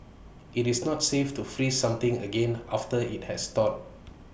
IT is not safe to freeze something again after IT has thawed